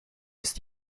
ist